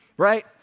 right